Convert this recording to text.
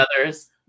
others